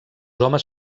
homes